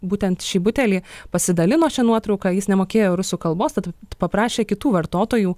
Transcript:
būtent šį butelį pasidalino šia nuotrauka jis nemokėjo rusų kalbos tad paprašė kitų vartotojų